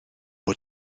bod